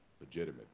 legitimate